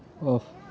of